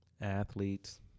Athletes